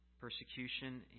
persecution